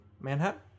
Manhattan